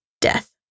death